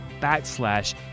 backslash